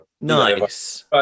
nice